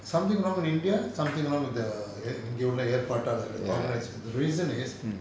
something wrong in india something wrong with the இங்க உள்ள ஏற்பாட்டாளர்கள்:inga ulla etpaattaalargal organisation the reason is